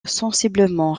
sensiblement